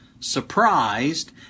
surprised